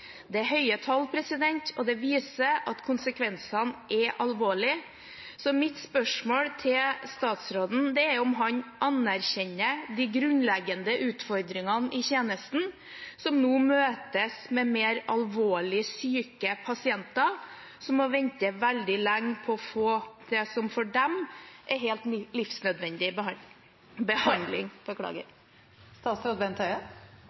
Det er høye tall, og det viser at konsekvensene er alvorlige. Så mitt spørsmål til statsråden er: Anerkjenner han de grunnleggende utfordringene i tjenesten, som nå møtes med mer alvorlig syke pasienter som må vente veldig lenge på å få det som for dem er helt livsnødvendig behandling?